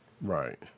Right